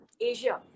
Asia